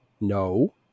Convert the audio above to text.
No